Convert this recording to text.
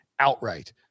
Outright